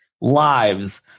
lives